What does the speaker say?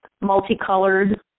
multicolored